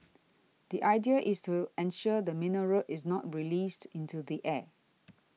the idea is to ensure the mineral is not released into the air